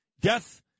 Death